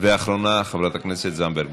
אחרונה, חברת הכנסת תמר זנדברג.